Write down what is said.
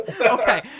okay